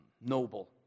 noble